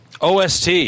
OST